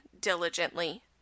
diligently